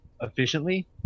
efficiently